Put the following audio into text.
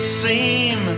seem